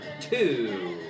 two